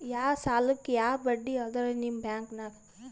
ಯಾ ಸಾಲಕ್ಕ ಯಾ ಬಡ್ಡಿ ಅದರಿ ನಿಮ್ಮ ಬ್ಯಾಂಕನಾಗ?